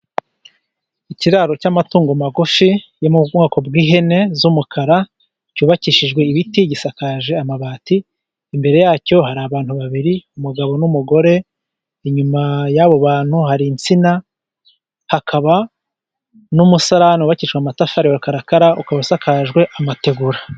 Ikiraro cy'amatungo magufi yo mu bwoko bw'ihene z'umukara cyubakishijwe ibiti gisakaje amabati, imbere yacyo hari abantu babiri umugabo n'umugore inyuma y'abo bantu hari insina ,hakaba n'umusarani wubakijwe amatafari ya rukarakara ukaba asakajwe amategura.